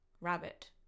Rabbit